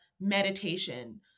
meditation